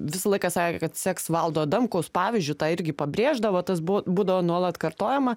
visą laiką sakė kad seks valdo adamkaus pavyzdžio tą irgi pabrėždavo tas buvo būdavo nuolat kartojama